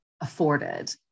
afforded